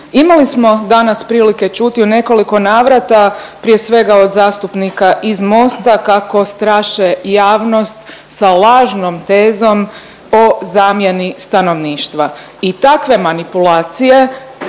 Imali smo danas prilike čuti u nekoliko navrata, prije svega, od zastupnika iz Mosta kako straše javnost sa lažnom tezom o zamjeni stanovništva i takve manipulacije